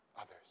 others